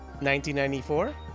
1994